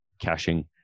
caching